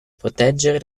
proteggere